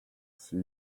see